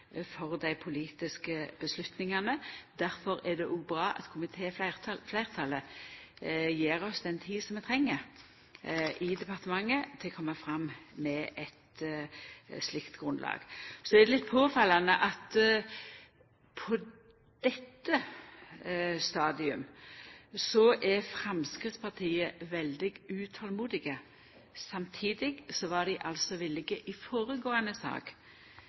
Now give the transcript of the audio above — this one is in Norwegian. for dei politiske avgjerdene. Difor er det òg bra at komitéfleirtalet gjev oss den tida som vi i departementet treng for å koma fram med eit slikt grunnlag. Så er det litt påfallande at Framstegspartiet på dette stadiet er veldig utolmodige. Samtidig var dei i føregåande sak villige